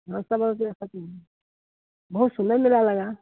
हाँ सब बहुत सुन्दर मेला लगा